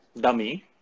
dummy